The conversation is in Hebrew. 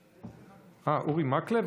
אה, אורי מקלב?